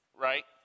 right